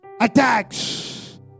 attacks